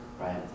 Right